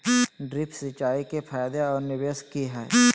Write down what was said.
Drip सिंचाई के फायदे और निवेस कि हैय?